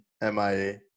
MIA